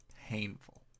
Painful